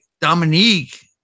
Dominique